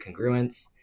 congruence